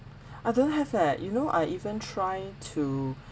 I don't have leh you know I even try to